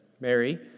Mary